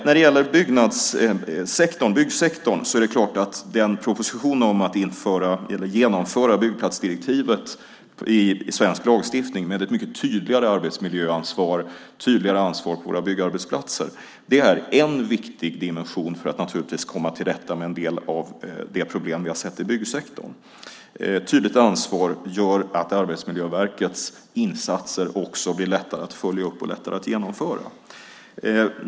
När det gäller byggsektorn är det klart att propositionen om att införa byggplatsdirektivet i svensk lagstiftning, med ett tydligare arbetsmiljöansvar på våra byggarbetsplatser, är en viktig dimension för att komma till rätta med en del av de problem vi har sett i byggsektorn. Tydligt ansvar gör också att Arbetsmiljöverkets insatser blir lättare att följa upp och genomföra.